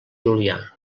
julià